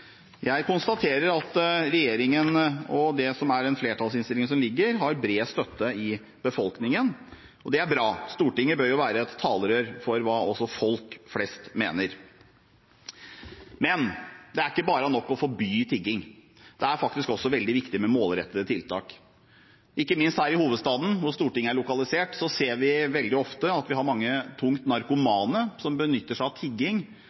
Jeg konstaterer at regjeringen og den flertallsinnstillingen som foreligger, har bred støtte i befolkningen, og det er bra. Stortinget bør jo være et talerør for hva folk flest mener. Men det er ikke nok bare å forby tigging. Det er faktisk også veldig viktig med målrettede tiltak. Ikke minst her i hovedstaden, hvor Stortinget er lokalisert, ser vi veldig ofte at vi har veldig mange tunge narkomane som benytter seg av tigging